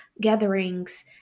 gatherings